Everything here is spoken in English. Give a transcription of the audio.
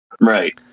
Right